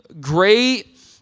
great